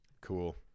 Cool